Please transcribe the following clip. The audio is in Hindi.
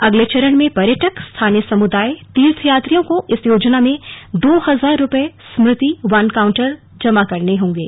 अगले चरण में पर्यटक स्थानीय समुदाय तीर्थयात्रियों को इस योजना में दो हजार रुपये स्मृति वन काउंटर पर जमा कराने होंगे